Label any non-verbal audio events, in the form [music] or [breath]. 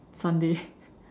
Sunday [breath]